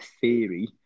theory